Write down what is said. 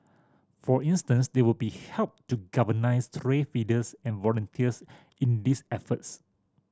for instance they will be help to galvanise stray feeders and volunteers in these efforts